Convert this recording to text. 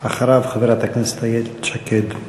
אחריו, חברת הכנסת איילת שקד.